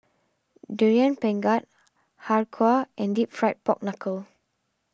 Durian Pengat Har Kow and Deep Fried Pork Knuckle